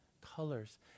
colors